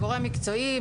גורם מקצועי,